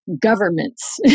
governments